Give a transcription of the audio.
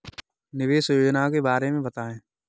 निवेश योजनाओं के बारे में बताएँ?